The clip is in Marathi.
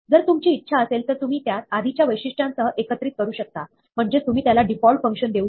जर तुमची इच्छा असेल तर तुम्ही त्यास आधीच्या वैशिष्ट्यांसह एकत्रित करू शकता म्हणजेच तुम्ही त्याला डिफॉल्ट फंक्शन देऊ शकता